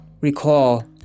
recall